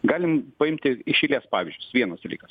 galim paimti iš eilės pavyzdžius vienas dalykas